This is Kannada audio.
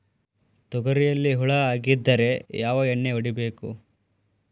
ತೊಗರಿಯಲ್ಲಿ ಹುಳ ಆಗಿದ್ದರೆ ಯಾವ ಎಣ್ಣೆ ಹೊಡಿಬೇಕು?